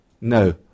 No